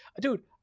dude